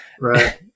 Right